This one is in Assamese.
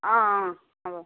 অঁ অঁ হ'ব